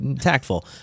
tactful